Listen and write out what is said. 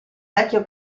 vecchio